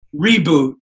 reboot